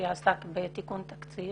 שעסק בתיקון תקציב.